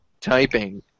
typing